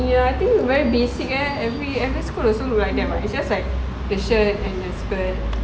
I think very basic eh every every school also look like that [what] it's just like the shirt and the skirt